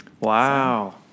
Wow